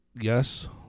yes